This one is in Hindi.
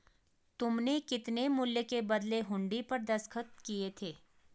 तुमने कितने मूल्य के बदले हुंडी पर दस्तखत किए थे?